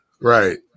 right